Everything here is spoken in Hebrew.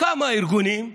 כמה ארגונים,